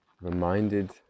reminded